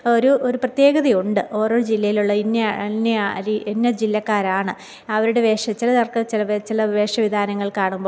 ഒരു ഒരു പ്രത്യേകതയുണ്ട് ഓരോ ജില്ലയിലുള്ള ഇന്ന ഇന്നതാണ് ഇന്ന ജില്ലക്കാരാണ് അവരുടെ വേഷം ചിലവർക്ക് ചില ചില വേഷവിധാനങ്ങൾ കാണുമ്പോൾ